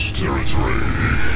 territory